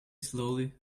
slowly